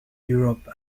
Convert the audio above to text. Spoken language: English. europe